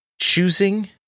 choosing